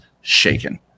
shaken